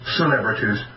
celebrities